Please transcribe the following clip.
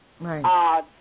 Right